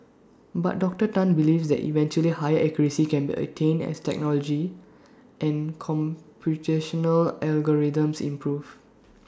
but Doctor Tan believes that eventually higher accuracy can be attained as technology and computational algorithms improve